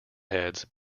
heads